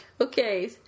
Okay